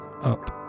up